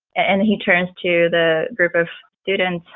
and he turns to the group of students,